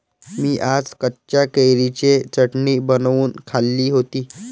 मी आज कच्च्या कैरीची चटणी बनवून खाल्ली होती